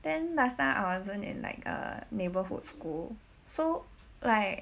then last time I wasn't in like a neighbourhood school so like